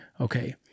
Okay